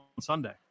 Sunday